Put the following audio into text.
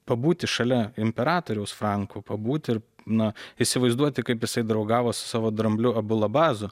pabūti šalia imperatoriaus franko pabūti na įsivaizduoti kaip jisai draugavo su savo drambliu abulabazu